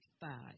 five